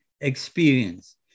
experience